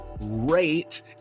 rate